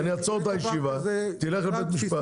אני אעצור את הישיבה ותלך לבית משפט.